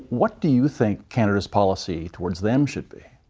what do you think canada's policy towards them should be?